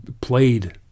played